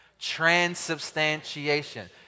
Transubstantiation